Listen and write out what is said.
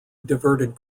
diverted